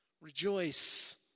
Rejoice